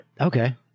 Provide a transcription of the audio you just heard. Okay